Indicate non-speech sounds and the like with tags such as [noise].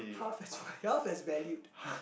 half as [laughs] half has valued